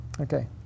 Okay